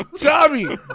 Tommy